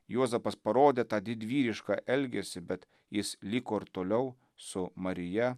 juozapas parodė tą didvyrišką elgesį bet jis liko ir toliau su marija